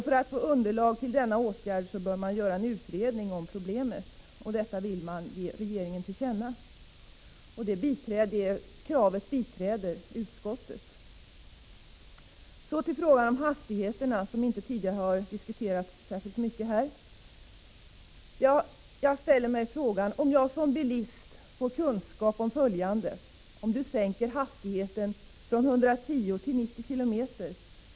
För att ge underlag till denna åtgärd bör en utredning om problemet tillsättas, och detta vill motionärerna ge regeringen till känna. Det kravet biträder utskottet. Så till frågan om hastigheterna, som inte tidigare har diskuterats särskilt mycket här. Om du som bilist får kunskap om följande: om du sänker hastigheten från 110 till 90 km/tim.